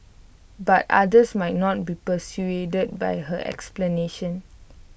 but others might not be so persuaded by her explanation